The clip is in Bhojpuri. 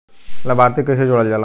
लभार्थी के कइसे जोड़ल जाला?